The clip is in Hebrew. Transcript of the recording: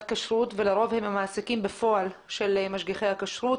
כשרות ולרוב הם המעסיקים בפועל של משגיחי הכשרות.